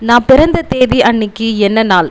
நான் பிறந்த தேதி அன்றைக்கு என்ன நாள்